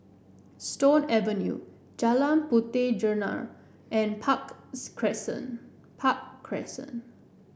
Stone Avenue Jalan Puteh Jerneh and Park Crescent Park Crescent